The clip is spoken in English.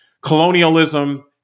colonialism